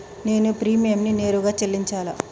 నేను ప్రీమియంని నేరుగా చెల్లించాలా?